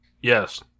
Yes